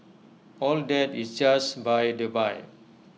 all that is just by the by